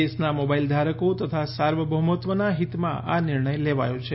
દેશના મોબાઇલ ધારકો તથા સાર્વભૌમત્વના હિતમાં આ નિર્ણય લેવાયો છે